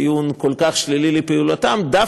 אין